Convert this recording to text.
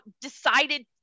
decided